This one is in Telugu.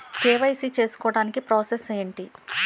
కే.వై.సీ చేసుకోవటానికి ప్రాసెస్ ఏంటి?